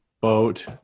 boat